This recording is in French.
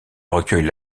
recueille